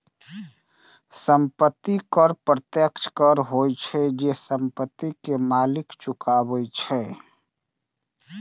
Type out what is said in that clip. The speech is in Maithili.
संपत्ति कर प्रत्यक्ष कर होइ छै, जे संपत्ति के मालिक चुकाबै छै